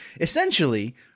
essentially